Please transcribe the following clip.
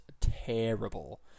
terrible